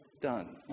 done